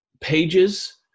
pages